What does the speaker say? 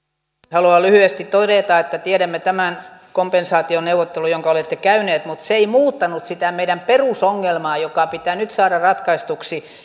haluan lyhyesti todeta että tiedämme tämän kompensaationeuvottelun jonka olette käynyt mutta se ei muuttanut sitä meidän perusongelmaa joka pitää nyt saada ratkaistuksi